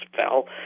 fell